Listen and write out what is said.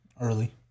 early